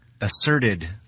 asserted